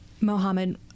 Mohammed